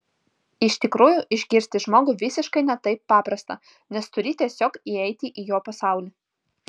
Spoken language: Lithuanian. iš tikrųjų išgirsti žmogų visiškai ne taip paprasta nes turi tiesiog įeiti į jo pasaulį